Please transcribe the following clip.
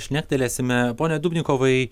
šnektelėsime pone dubnikovai